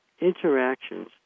Interactions